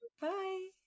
Bye